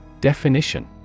Definition